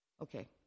Okay